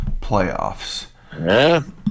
playoffs